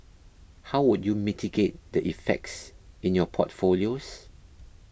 how would you mitigate the effects in your portfolios